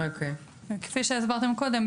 כפי שהסברתם קודם,